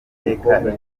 iteka